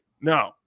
No